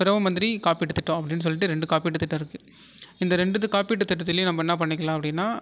பிரதம மந்திரி காப்பீட்டு திட்டம் அப்படின்னு சொல்லிட்டு ரெண்டு காப்பீட்டு திட்டம் இருக்குது இந்த ரெண்டுத்து காப்பீட்டு திட்டத்துலேயும் நம்ம என்ன பண்ணிக்கலாம் அப்படின்னா